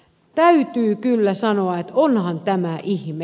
täytyy kyllä sanoa että onhan tämä ihme